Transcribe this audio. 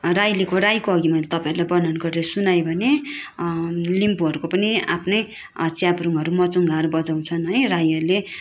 राईको राईको अघि मैले तपाईँहरू वर्णन गरेर सुनाएँ भने लिम्बूहरूको पनि आफ्नै च्याब्रुङ मुचुङ्गाहरू बजाँउछन् है राईहरूले